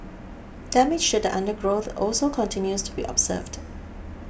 damage show the undergrowth also continues to be observed